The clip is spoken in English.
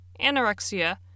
anorexia